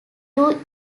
two